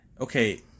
okay